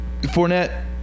Fournette